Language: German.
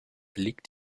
liegt